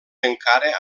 encara